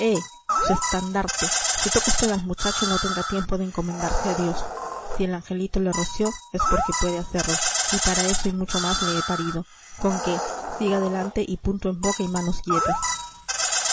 so estandarte si toca vd al muchacho no tendrá tiempo de encomendarse a dios si el angelito le roció es porque puede hacerlo y para eso y mucho más le he parido conque siga adelante y punto en boca y manos quietas